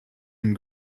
and